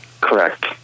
Correct